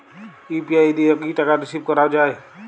UPI দিয়ে কি টাকা রিসিভ করাও য়ায়?